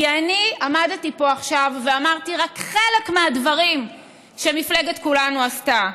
כי אני עמדתי פה עכשיו ואמרתי רק חלק מהדברים שמפלגת כולנו עשתה.